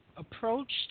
approached